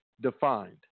defined